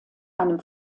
einem